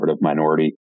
minority